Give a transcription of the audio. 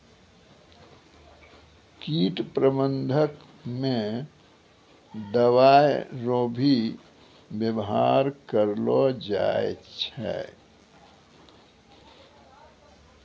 कीट प्रबंधक मे दवाइ रो भी वेवहार करलो जाय छै